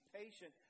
patient